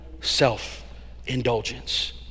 self-indulgence